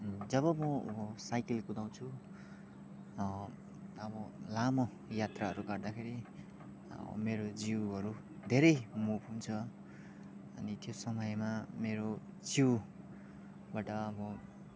जब म साइकल कुदाउँछु अब लामो यात्राहरू गर्दाखेरि मेरो जिउहरू धेरै मुभ हुन्छ अनि त्यो समयमा मेरो जिउबाट अब